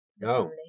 No